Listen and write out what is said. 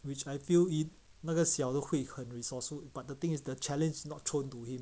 which I feel in 那个小的会很 resourceful but the thing is the challenge is not thrown to him